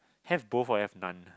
have both or have none